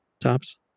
tops